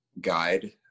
guide